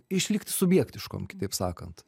išlikti subjektiškom kitaip sakant